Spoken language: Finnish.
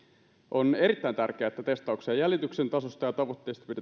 on erittäin tärkeää että testauksen ja jäljityksen tasosta ja tavoitteista